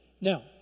Now